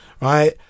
right